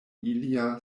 ilia